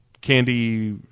candy